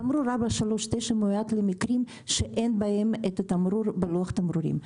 תמרור 439 מיועד למקרים שאין בהם את התמרור בלוח התמרורים.